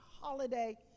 holiday